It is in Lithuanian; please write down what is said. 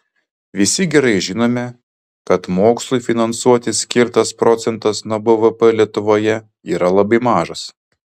visi gerai žinome kad mokslui finansuoti skirtas procentas nuo bvp lietuvoje yra labai mažas